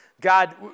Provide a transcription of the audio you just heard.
God